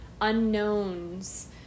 unknowns